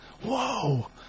Whoa